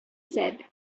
said